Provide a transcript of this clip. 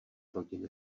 rodiny